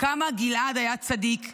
כמה גלעד היה צדיק,